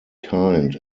kind